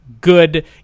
good